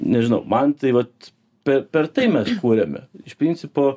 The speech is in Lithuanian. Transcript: nežinau man tai vat pe per tai mes kuriame iš principo